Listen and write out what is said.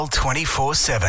24-7